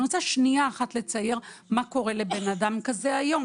אני רוצה לתאר מה קורה לאדם כזה היום,